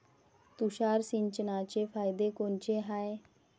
तुषार सिंचनाचे फायदे कोनचे हाये?